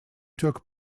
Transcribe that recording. took